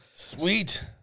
Sweet